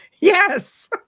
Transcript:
Yes